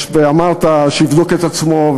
ואמרת: שיבדוק את עצמו.